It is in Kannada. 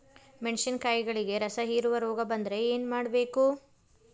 ಮೆಣಸಿನಕಾಯಿಗಳಿಗೆ ರಸಹೇರುವ ರೋಗ ಬಂದರೆ ಏನು ಮಾಡಬೇಕು?